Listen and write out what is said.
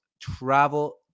travel